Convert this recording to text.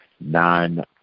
nine